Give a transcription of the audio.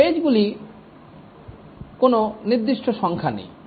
ফেজগুলির কোন নির্দিষ্ট সংখ্যা নেই